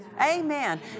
Amen